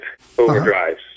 overdrives